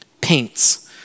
paints